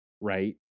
right